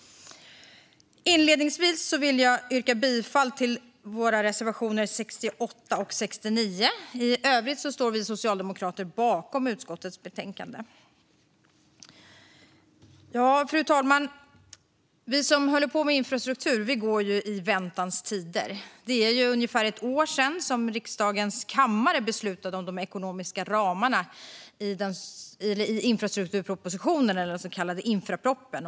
Inledningsvis vill jag yrka bifall till våra reservationer 68 och 69. I övrigt står vi socialdemokrater bakom förslaget i utskottets betänkande. Fru talman! Vi som håller på med infrastruktur går ju i väntans tider. Det är ungefär ett år sedan riksdagens kammare beslutade om de ekonomiska ramarna i infrastrukturpropositionen, den så kallade infraproppen.